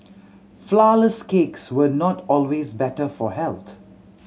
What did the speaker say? flourless cakes were not always better for health